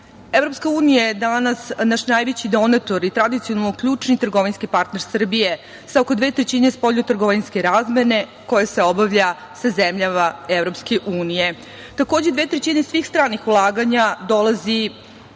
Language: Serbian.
unija je danas naš najveći donator i tradicionalno ključni trgovinski partner Srbije, sa oko dve trećine spoljnotrgovinske razmene koja se obavlja sa zemljama EU. Takođe, dve trećine svih stranih ulaganja dolazi